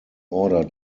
order